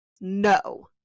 No